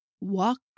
walk